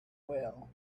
well